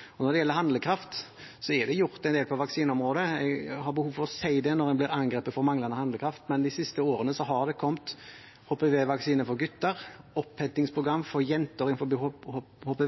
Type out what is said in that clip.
dette. Når det gjelder handlekraft, er det blitt gjort en del på vaksineområdet. Jeg har behov for å si det når en blir angrepet for manglende handlekraft. De siste årene har det kommet HPV-vaksine for gutter og opphentingsprogram for jenter når det gjelder HPV, og